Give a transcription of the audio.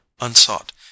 unsought